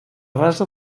rasa